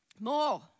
More